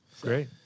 Great